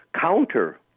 counter